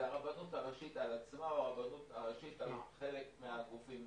זה הרבנות הראשית על עצמה או הרבנות הראשית על חלק מהגופים